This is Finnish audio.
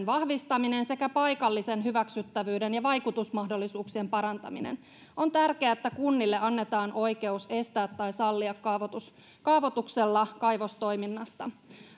vahvistaminen sekä paikallisen hyväksyttävyyden ja vaikutusmahdollisuuksien parantaminen on tärkeää että kunnille annetaan oikeus estää tai sallia kaavoituksella kaivostoiminnasta